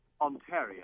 Ontario